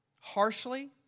harshly